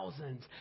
thousands